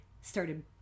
started